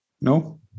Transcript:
No